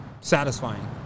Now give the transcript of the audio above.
satisfying